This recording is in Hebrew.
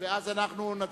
ואז נצביע.